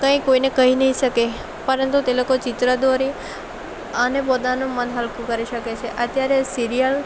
કંઈ કોઈને કહી નહીં શકે પરંતુ તે લોકો ચિત્ર દોરી અને પોતાનું મન હલકું કરી શકે છે અત્યારે સિરિયલ